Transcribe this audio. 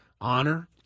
honor